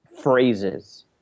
phrases